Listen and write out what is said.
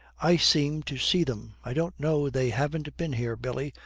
i seem to see them i don't know they haven't been here, billy,